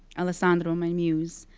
alessandro, my muse,